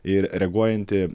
ir reaguojanti